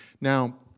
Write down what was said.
Now